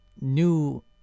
new